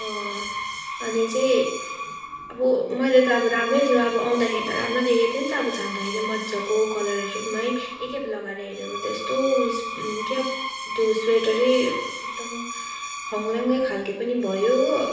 अनि चाहिँ अब मैले त अब राम्रै थियो अब आउँदाखेरि त राम्रो देखेको थिएँ नि त अब छाम्दाखेरि मजाको कलरहरू पनि है एकखेप लगाएर हेरेको त यस्तो उइस क्याप त्यो स्वेटरै एकदम ह्वाङलाङ्गै खालके पनि भयो हो